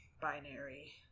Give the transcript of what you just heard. binary